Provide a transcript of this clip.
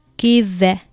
give